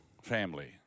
family